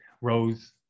Rose